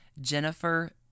Jennifer